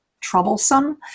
troublesome